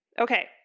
Okay